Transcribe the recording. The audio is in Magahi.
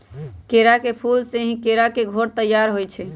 केरा के फूल से ही केरा के घौर तइयार होइ छइ